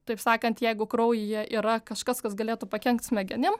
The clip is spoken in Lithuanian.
taip sakant jeigu kraujyje yra kažkas kas galėtų pakenkt smegenim